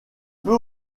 peut